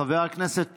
חבר הכנסת פינדרוס,